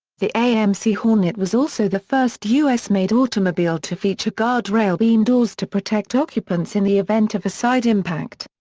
the amc hornet was also the first u s. made automobile to feature guardrail beam doors to protect occupants in the event of a side impact.